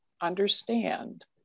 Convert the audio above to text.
understand